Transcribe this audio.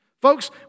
Folks